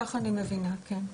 כך אני מבינה, כן.